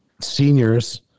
seniors